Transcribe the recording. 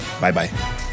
Bye-bye